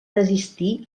desistir